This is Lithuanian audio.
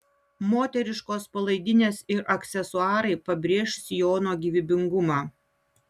moteriškos palaidinės ir aksesuarai pabrėš sijono gyvybingumą